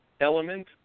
element